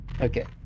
Okay